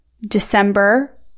december